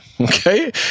okay